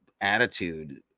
attitude